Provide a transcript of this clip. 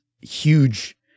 huge